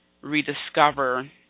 rediscover